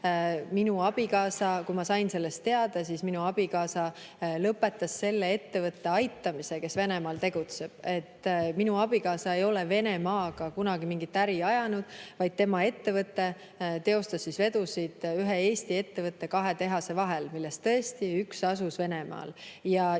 puhkemist. Kui ma sain sellest [loost] teada, siis minu abikaasa lõpetas selle ettevõtte aitamise, kes Venemaal tegutseb. Minu abikaasa ei ole Venemaaga kunagi mingit äri ajanud, vaid tema ettevõte teostas vedusid ühe Eesti ettevõtte kahe tehase vahel, millest tõesti üks asus Venemaal.